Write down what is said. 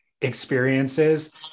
experiences